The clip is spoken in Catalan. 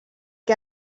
que